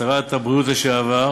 שרת הבריאות לשעבר